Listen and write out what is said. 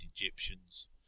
egyptians